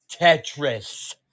Tetris